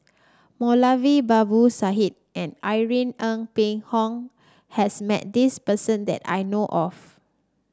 Moulavi Babu Sahib and Irene Ng Phek Hoong has met this person that I know of